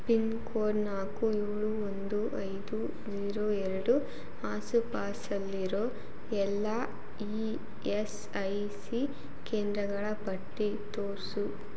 pin code ನಾಲ್ಕು ಏಳು ಒಂದು ಐದು ಝೀರೋ ಎರಡು ಆಸುಪಾಸಲ್ಲಿರೋ ಎಲ್ಲ ಇ ಎಸ್ ಐ ಸಿ ಕೇಂದ್ರಗಳ ಪಟ್ಟಿ ತೋರಿಸು